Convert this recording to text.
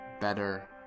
better